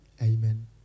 Amen